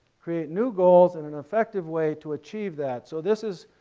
create new goals in an effective way to achieve that. so this is